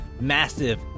massive